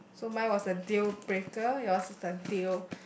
so mine was a deal breaker your is a deal